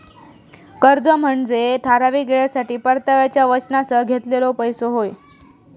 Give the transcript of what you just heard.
कर्ज म्हनजे ठराविक येळेसाठी परताव्याच्या वचनासह घेतलेलो पैसो होय